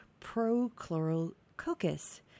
Prochlorococcus